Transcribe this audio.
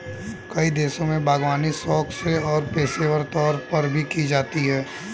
कई देशों में बागवानी शौक से और पेशेवर तौर पर भी की जाती है